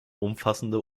umfassende